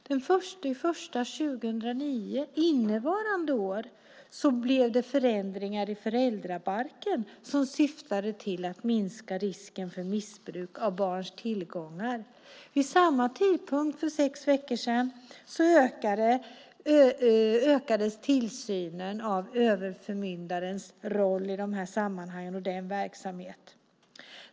Den 1 januari 2009, innevarande år, skedde förändringar i föräldrabalken som syftade till att minska risken för missbruk av barns tillgångar. Vid samma tidpunkt, för sex veckor sedan, ökades tillsynen av överförmyndarens roll i de här sammanhangen.